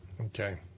okay